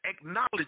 acknowledge